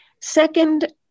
Second